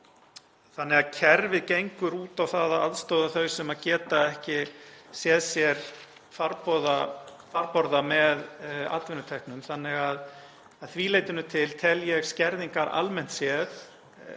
Kerfið gengur út á það að aðstoða þau sem geta ekki séð sér farborða með atvinnutekjum. Að því leytinu til tel ég skerðingar almennt séð